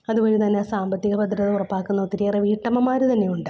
അതുവഴിതന്നെ സാമ്പത്തിക ഭദ്രത ഉറപ്പാക്കുന്ന ഒത്തിരിയേറെ വീട്ടമ്മമാർ തന്നെയുണ്ട്